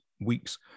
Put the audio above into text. weeks